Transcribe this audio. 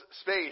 space